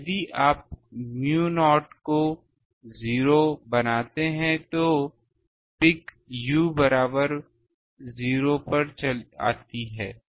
यदि आप u0 को 0 बनाते हैं तो पीक u बराबर 0 पर आती है